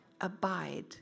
Abide